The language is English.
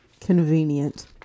Convenient